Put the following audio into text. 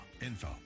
info